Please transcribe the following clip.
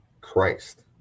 Christ